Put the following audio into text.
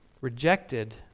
rejected